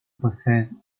possess